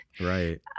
Right